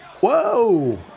Whoa